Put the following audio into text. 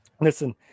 Listen